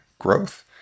growth